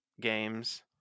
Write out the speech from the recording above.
games